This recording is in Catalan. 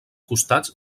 costats